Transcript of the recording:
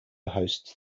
hosts